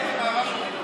וכל מדינות המערב,